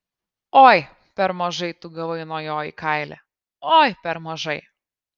oi per mažai tu gavai nuo jo į kailį oi per mažai